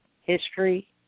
history